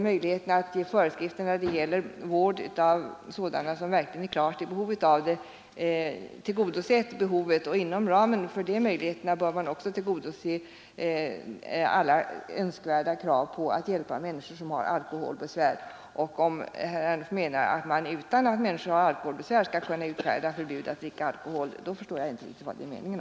Möjligheterna att ge föreskrifter när det gäller vård av sådana som verkligen behöver den har tillgodosett behovet. Inom ramen för de möjligheterna bör man också kunna tillgodose alla tänkbara krav på att hjälpa människor med alkoholbesvär. Och om herr Ernulf menar att man skall kunna utfärda förbud mot att dricka alkohol för människor som inte har alkoholbesvär, förstår jag inte riktigt vad som är meningen.